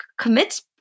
commits